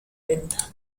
venta